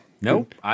Nope